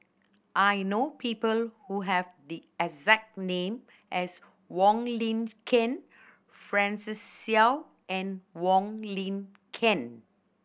I know people who have the exact name as Wong Lin Ken Francis Seow and Wong Lin Ken